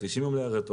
90 יום לערער,